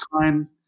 time